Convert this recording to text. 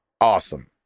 Awesome